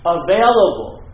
available